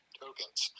tokens